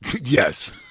Yes